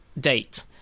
date